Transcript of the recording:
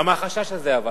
אבל למה החשש הזה?